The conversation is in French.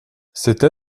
cette